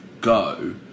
go